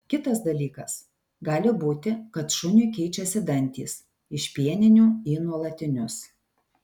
kitas dalykas gali būti kad šuniui keičiasi dantys iš pieninių į nuolatinius